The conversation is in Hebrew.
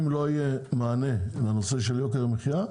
אם לא יהיה מענה לנושא של יוקר המחיה,